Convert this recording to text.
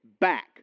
back